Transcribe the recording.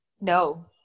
No